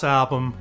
album